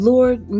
Lord